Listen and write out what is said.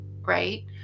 right